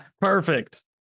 Perfect